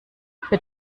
für